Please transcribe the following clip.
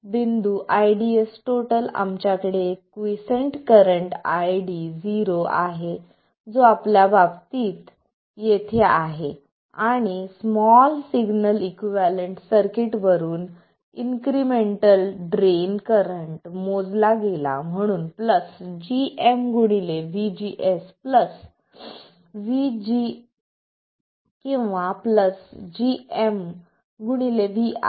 बिंदू ID आमच्याकडे एक क्वीसेंट करंट ID0 आहे जो आपल्या बाबतीत येथे आहे आणि स्मॉल सिग्नल इक्विव्हॅलेंट सर्किट वरून इन्क्रिमेंटल ड्रेन करंट मोजला गेला म्हणून प्लस gm vGS किंवा प्लस gm vi